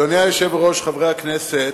אדוני היושב-ראש, חברי הכנסת,